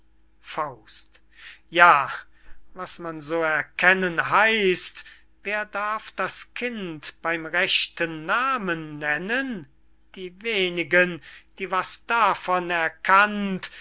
erkennen ja was man so erkennen heißt wer darf das kind beym rechten namen nennen die wenigen die was davon erkannt